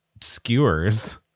skewers